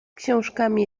książkami